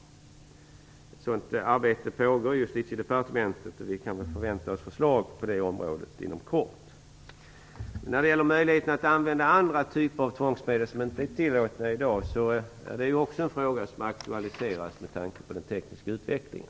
Ett sådant arbete pågår i Justitiedepartementet, och vi kan förvänta oss förslag på det området inom kort. När det gäller möjligheterna att använda andra typer av tvångsmedel, som inte är tillåtna i dag, är det också en fråga som aktualiseras med tanke på den tekniska utvecklingen.